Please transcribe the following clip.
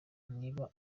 niba